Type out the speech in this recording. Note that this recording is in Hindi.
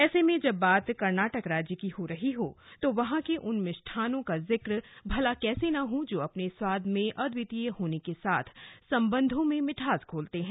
ऐसे में जब बात कर्नाटक राज्य की हो रही हो तो वहां के उन मिष्ठान का जिक भला कैसे न हो जो अपने स्वाद में अद्वितीय होने के साथ संबंधों में मिठास घोलते हैं